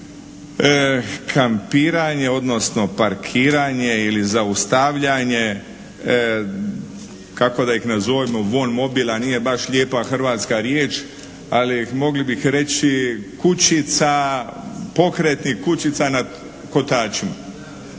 kampiranje, odnosno parkiranje ili zaustavljanje kako da ih nazovemo vonmobila nije baš lijepa hrvatska riječ, ali mogli bi reći kućica, pokretnih kućica na kotačima.